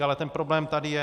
Ale ten problém tady je.